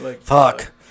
fuck